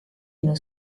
minu